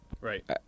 Right